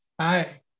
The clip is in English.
Hi